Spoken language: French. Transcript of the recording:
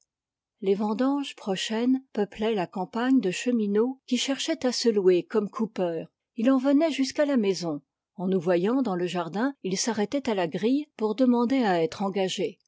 les vendanges prochaines peuplaient la campagne de chemineaux qui cherchaient à se louer comme coupeurs il en venait jusqu'à la maison en nous voyant dans le jardin ils s'arrêtaient à la grille pour demander à être engagés